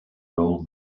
role